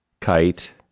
kite